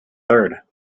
third